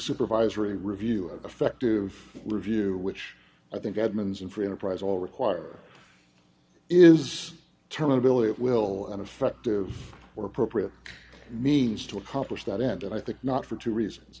supervisory review of affective review which i think admins in free enterprise all require is telling ability at will an effective or appropriate means to accomplish that end and i think not for two reasons